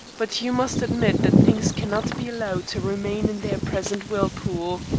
but you must admit that things cannot be allowed to remain in their present whirlpool.